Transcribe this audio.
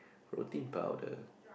protein powder